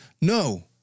no